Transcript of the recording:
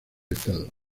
estado